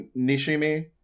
Nishimi